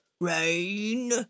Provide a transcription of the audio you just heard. Rain